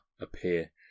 appear